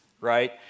right